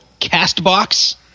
CastBox